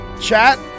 chat